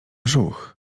brzuch